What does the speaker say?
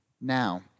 Now